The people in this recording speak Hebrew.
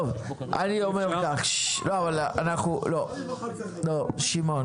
אומר כך, שמעון,